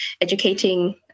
educating